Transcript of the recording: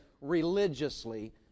religiously